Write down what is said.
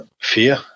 Fear